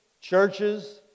churches